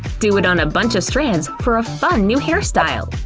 do it on a bunch of strands for a fun new hairstyle.